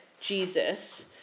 Jesus